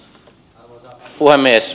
arvoisa puhemies